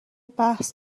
بحث